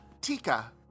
Tika